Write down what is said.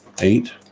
eight